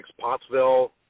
Pottsville